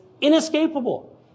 inescapable